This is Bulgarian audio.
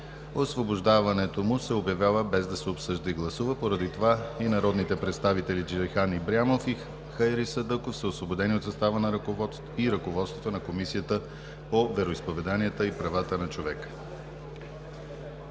освобождаването му се обявява, без да се обсъжда и гласува. Поради това и народните представители Джейхан Ибрямов и Хайри Садъков са освободени от състава и ръководството на Комисията по вероизповеданията и правата на човека.